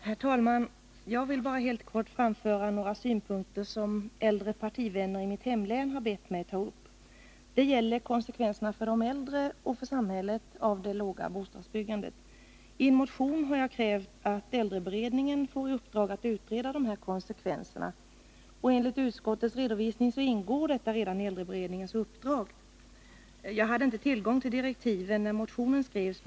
Herr talman! Jag vill bara helt kort framföra några synpunkter som äldre partivänner i mitt hemlän har bett mig ta upp. Det gäller konsekvenserna för de äldre och för samhället av det låga bostadsbyggandet. I en motion har jag krävt att äldreberedningen får i uppdrag att utreda dessa konsekvenser. Enligt utskottets redovisning ingår detta redan i äldreberedningens uppdrag. Jag hade inte tillgång till direktiven när motionen skrevs.